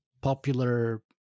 popular